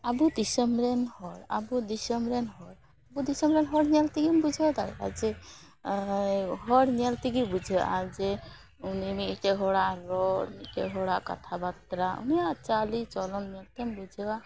ᱟᱵᱚ ᱫᱤᱥᱟᱹᱢᱨᱮᱱ ᱦᱚᱲ ᱟᱵᱚ ᱫᱤᱥᱟᱹᱢᱨᱮᱱ ᱦᱚᱲ ᱟᱵᱚ ᱫᱤᱥᱟᱹᱢᱨᱮᱱ ᱦᱚᱲ ᱧᱮᱞ ᱛᱮᱜᱮᱢ ᱵᱩᱡᱷᱟᱹᱣ ᱫᱟᱲᱮᱜᱼᱟ ᱡᱮ ᱦᱚᱲ ᱧᱮᱞᱛᱮᱜᱮ ᱵᱩᱡᱷᱟᱹᱜᱼᱟ ᱡᱮ ᱩᱱᱤ ᱢᱤᱫᱴᱮᱱ ᱦᱚᱲᱟᱜ ᱨᱚᱲ ᱢᱤᱫᱴᱮᱱ ᱦᱚᱲᱟᱜ ᱠᱟᱛᱷᱟᱵᱟᱛᱨᱟ ᱩᱱᱤᱭᱟᱜ ᱪᱟᱞᱤ ᱪᱚᱞᱚᱱ ᱧᱮᱞᱛᱮᱢ ᱵᱩᱡᱷᱟᱹᱣᱟ